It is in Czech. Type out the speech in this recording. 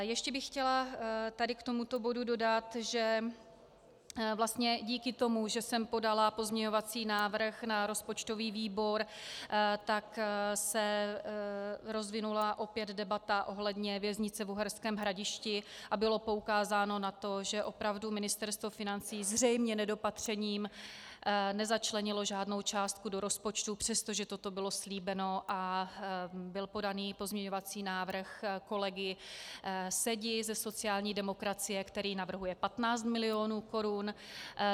Ještě bych chtěla tady k tomuto bodu dodat, že vlastně díky tomu, že jsem podala pozměňovací návrh na rozpočtový výbor, tak se rozvinula opět debata ohledně věznice v Uherském Hradišti a bylo poukázáno na to, že opravdu Ministerstvo financí zřejmě nedopatřením nezačlenilo žádnou částku do rozpočtu, přestože toto bylo slíbeno a byl podaný pozměňovací návrh kolegy Sedi ze sociální demokracie, který navrhuje 15 mil. korun.